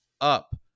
up